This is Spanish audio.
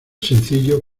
sencillo